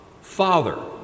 Father